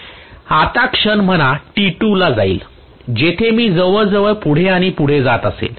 आता क्षण म्हणा t2 ला जेथे मी जवळजवळ पुढे आणि पुढे जात असेन